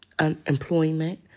unemployment